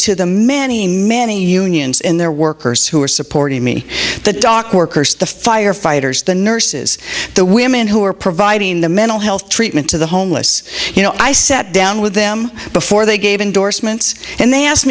to the many many unions in their workers who are supporting me the dock workers the firefighters the nurses the women who are providing the mental health treatment to the homeless you know i sat down with them before they gave endorsements and they asked